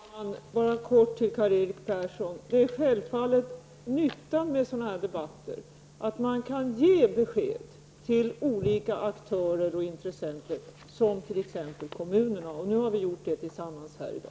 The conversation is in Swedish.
Fru talman! Jag vill kort säga till Karl-Erik Persson att nyttan med sådana här debatter är självfallet att man kan ge besked till olika aktörer och intressenter, t.ex. kommunerna. Och nu har vi gjort det tillsammans här i dag.